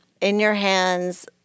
in-your-hands